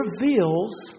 reveals